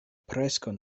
preskaŭ